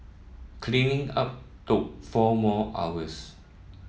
cleaning up took four more hours